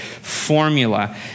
formula